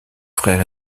frère